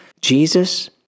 Jesus